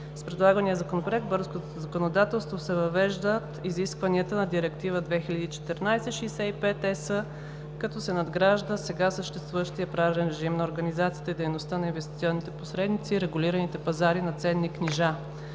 С предлагания Законопроект в българското законодателство се въвеждат изискванията на Директива 2014/65/ЕС, като се надгражда сега съществуващият правен режим на организацията и дейността на инвестиционните посредници и регулираните пазари на ценни книжа.